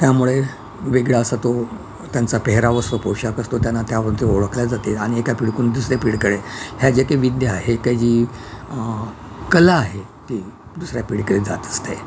त्यामुळे वेगळा असा तो त्यांचा पेहराव असतो पोषाख असतो त्यांना त्याब ओळखले जाते आणि एका पिढीकडून दुसऱ्या पिढीकडे ह्या जे काही विद्या आहे का जी कला आहे ती दुसऱ्या पिढीकडे जात असते